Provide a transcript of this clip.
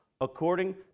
according